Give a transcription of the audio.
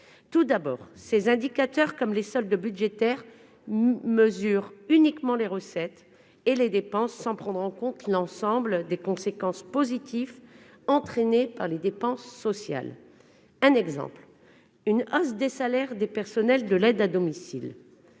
Tout d'abord, ces indicateurs, comme les soldes budgétaires, mesurent uniquement les recettes et les dépenses, sans prendre en compte l'ensemble des conséquences positives des dépenses sociales. À titre d'exemple, la hausse des salaires des personnels de l'aide à domicile